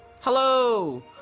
hello